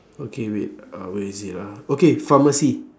okay wait uh where is it ah okay pharmacy